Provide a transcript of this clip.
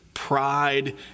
pride